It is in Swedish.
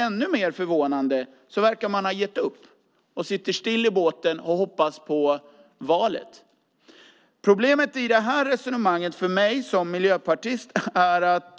Ännu mer förvånande är att man verkar ha gett upp och sitter still i båten och hoppas på valet. Problemet i det resonemanget är för mig som miljöpartist att